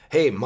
Hey